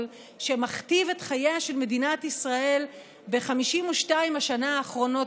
שמכתיב את חייה של מדינת ישראל ב-52 השנים האחרונות,